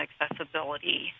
accessibility